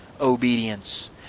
obedience